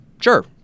sure